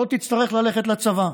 לא תצטרך ללכת לצבא.